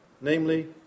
namely